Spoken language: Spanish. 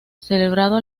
celebrado